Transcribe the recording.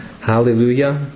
Hallelujah